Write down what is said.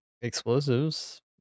explosives